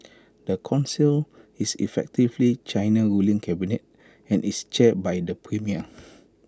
the Council is effectively China's ruling cabinet and is chaired by the premier